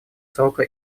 срока